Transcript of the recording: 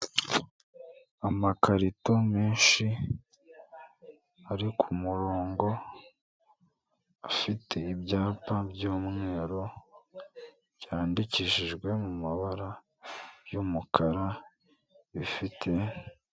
Amakarito menshi, ari kumurongo. Afite ibyapa byumweru, byandikishijwe mu mabara y'umukara, abifite...